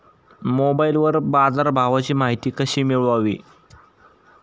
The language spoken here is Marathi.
मोबाइलवर बाजारभावाची माहिती कशी मिळवावी?